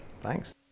Thanks